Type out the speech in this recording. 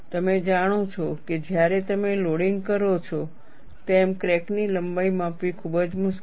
તમે જાણો છો કે જ્યારે તમે લોડિંગ કરો છો તેમ ક્રેક ની લંબાઈ માપવી ખૂબ જ મુશ્કેલ છે